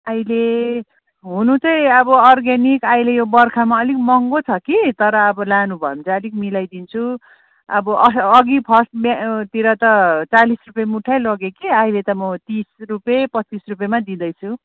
अहिले हुनुचाहिँ अब अर्ग्यानिक अहिले यो बर्खामा अलिक महँगो छ कि तर अब लानुभयो भने चाहिँ अलिक मिलाइदिन्छु अब अघि फर्स्ट तिर त चालिस रुपियाँ मुठै लग्यो कि अहिले त म तिस रुपियाँ पच्चिस रुपियाँमा दिँदैछु